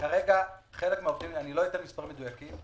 אני לא יודע מספרים מדויקים,